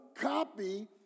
copy